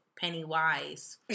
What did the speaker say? Pennywise